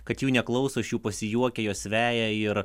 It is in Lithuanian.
kad jų neklauso iš jų pasijuokia juos veja ir